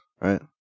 right